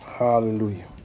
Hallelujah